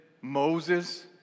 Moses